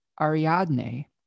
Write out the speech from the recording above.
Ariadne